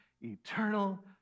eternal